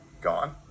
gone